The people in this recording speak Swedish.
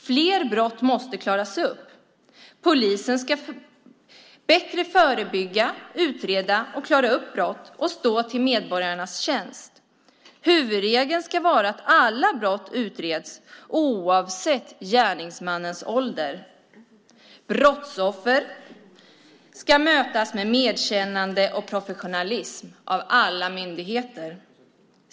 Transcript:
Fler brott måste klaras upp. Polisen ska bättre förebygga, utreda och klara upp brott och stå till medborgarnas tjänst. Huvudregeln ska vara att alla brott utreds, oavsett gärningsmannens ålder. Brottsoffer ska mötas med medkännande och professionalism av alla myndigheter.